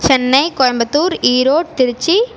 Chennai Coimbatore Erode Trichy